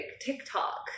TikTok